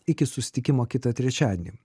iki susitikimo kitą trečiadienį